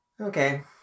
Okay